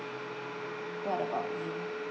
what about you